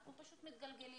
אנחנו פשוט מתגלגלים.